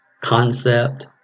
concept